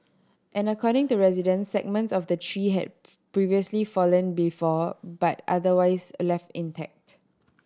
and according to residents segments of the tree had previously fallen before but otherwise left intact